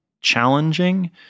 challenging